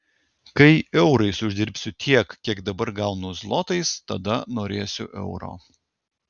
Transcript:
kai eurais uždirbsiu tiek kiek dabar gaunu zlotais tada norėsiu euro